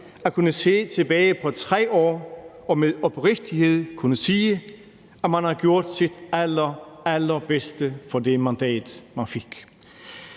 at kunne se tilbage på 3 år og med oprigtighed kunne sige, at man har gjort sit allerallerbedste for det mandat, man fik.